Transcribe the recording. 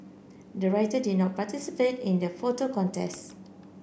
the writer did not participate in the photo contest